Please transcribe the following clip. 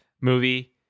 Movie